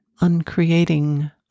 uncreating